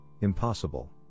impossible